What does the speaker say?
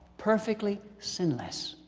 perfectly sinless.